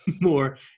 more